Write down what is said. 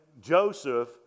Joseph